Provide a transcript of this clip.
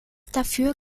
dafür